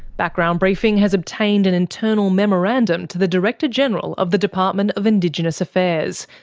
background briefing has obtained an internal memorandum to the director general of the department of indigenous affairs,